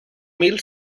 mil